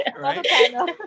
Right